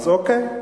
אז אוקיי,